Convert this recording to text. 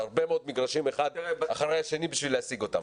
זה הרבה מאוד מגרשים אחד אחרי השני בשביל להשיג אותם,